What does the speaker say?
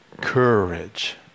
courage